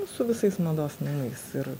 su visais mados namais ir